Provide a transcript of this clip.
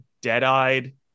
dead-eyed